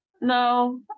no